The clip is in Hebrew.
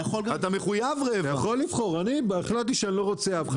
אתה יכול לבחור אני החלטתי שאני לא רוצה אף אחד.